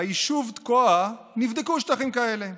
ביישוב תקוע נבדקו שטחים כאלה.